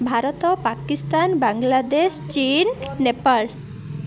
ଭାରତ ପାକିସ୍ତାନ ବାଂଲାଦେଶ ଚୀନ୍ ନେପାଳ